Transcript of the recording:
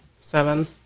Seven